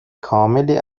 کاملی